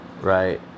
Right